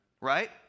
right